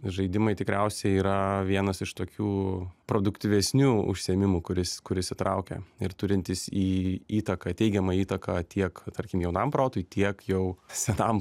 žaidimai tikriausiai yra vienas iš tokių produktyvesnių užsiėmimų kuris kuris įtraukia ir turintis į įtaką teigiamą įtaką tiek tarkim jaunam protui tiek jau senam